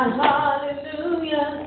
hallelujah